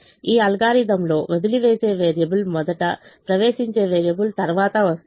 ఈ అల్గోరిథంలో వదిలివేసే వేరియబుల్ మొదట ప్రవేశించే వేరియబుల్ తరువాత వస్తుంది